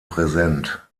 präsent